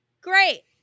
great